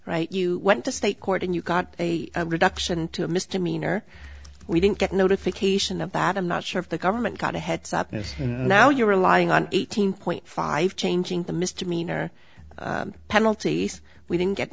right you went to state court and you got a reduction to a misdemeanor we didn't get notification of that i'm not sure if the government got a heads up and now you're relying on eighteen point five changing the mr mean or penalties we didn't get